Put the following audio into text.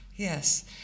Yes